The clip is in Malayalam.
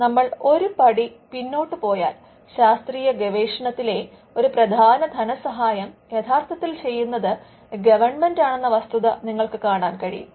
പക്ഷേ നമ്മൾ ഒരു പടി പിന്നോട്ട് പോയാൽ ശാസ്ത്രീയ ഗവേഷണത്തിലെ ഒരു പ്രധാന ധനസഹായം യഥാർത്ഥത്തിൽ ചെയ്യുന്നത് ഗവണ്മെന്റ് ആണെന്ന വസ്തുത നിങ്ങൾക്ക് കാണാൻ കഴിയും